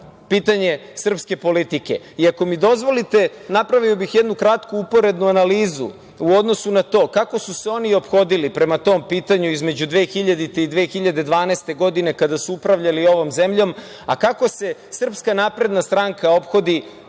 pitanje srpske politike. Ako mi dozvolite, napravio bih jednu kratku uporednu analizu u odnosu na to kako su se oni ophodili prema tom pitanju između 2000. i 2012. godine, kada su upravljali ovom zemljom, a kako se SNS ophodi prema pitanju Kosova